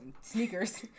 Sneakers